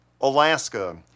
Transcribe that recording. Alaska